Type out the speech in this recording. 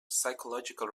psychological